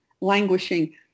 languishing